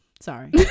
Sorry